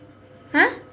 !huh!